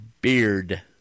beard